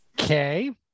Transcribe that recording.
Okay